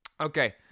okay